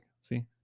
see